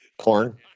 Corn